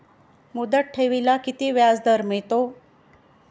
मुदत ठेवीला किती व्याजदर मिळतो?